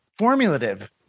formulative